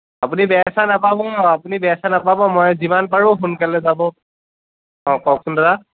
আপুনি বেয়া চেয়া নাপাব আপুনি বেয়া চেয়া নাপাব মই যিমান পাৰো সোনকালে যাব অঁ কওঁকচোন দাদা